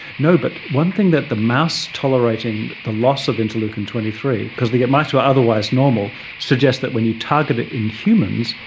no, but one thing that the mouse tolerating the loss of interleukin twenty three, because the mice were otherwise normal, suggests that when you target it in humans,